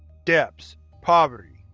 debts, poverty,